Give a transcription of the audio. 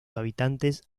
habitantes